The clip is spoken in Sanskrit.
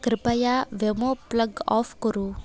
कृपया वेमो प्लग् आफ़् कुरु